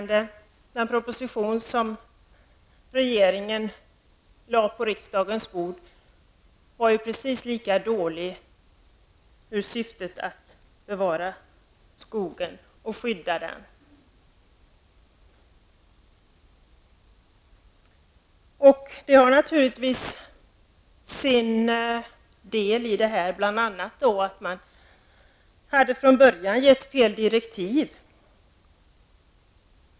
Den proposition som regeringen lade på riksdagens bord var precis lika dålig som tidigare när det gäller syftet att bevara och skydda skogen. En orsak till det här var att regeringen från början hade gett fel direktiv.